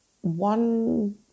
one